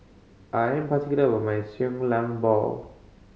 I am particular with my lang bao